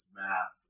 mass